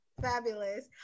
Fabulous